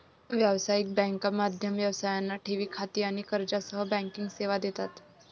व्यावसायिक बँका मध्यम व्यवसायांना ठेवी खाती आणि कर्जासह बँकिंग सेवा देतात